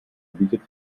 bietet